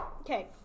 Okay